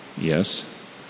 yes